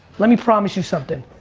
lemme promise you something,